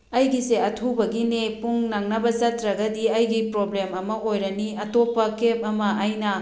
ꯑꯩꯒꯤꯁꯦ ꯑꯊꯨꯕꯒꯤꯅꯦ ꯄꯨꯡ ꯅꯪꯅꯕ ꯆꯠꯇ꯭ꯔꯒꯗꯤ ꯑꯩꯒꯤ ꯄ꯭ꯔꯣꯕ꯭ꯂꯦꯝ ꯑꯃ ꯑꯣꯏꯔꯅꯤ ꯑꯇꯣꯞꯄ ꯀꯦꯕ ꯑꯃ ꯑꯩꯅ